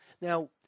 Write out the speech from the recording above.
Now